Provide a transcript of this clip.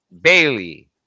Bailey